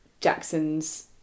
Jackson's